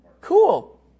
Cool